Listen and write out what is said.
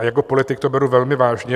Jako politik to beru velmi vážně.